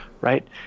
right